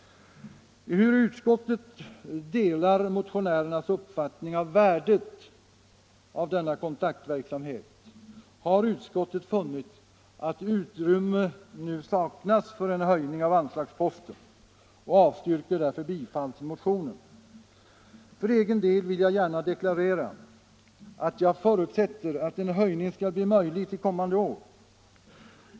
Ehuru utskottet delar motionärernas uppfattning om värdet av denna kontaktverksamhet har utskottet funnit att utrymme nu saknas för en höjning av anslagsposten och avstyrker därför bifall till motionen. För egen del vill jag gärna deklarera att jag förutsätter att en höjning skall bli möjlig till kommande år.